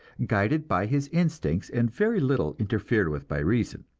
guided by his instincts and very little interfered with by reason.